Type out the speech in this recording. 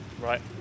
right